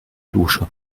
dusche